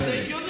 זה הגיוני?